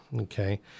okay